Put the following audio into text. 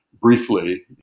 briefly